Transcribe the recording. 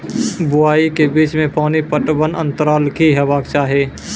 बुआई से कटाई के बीच मे पानि पटबनक अन्तराल की हेबाक चाही?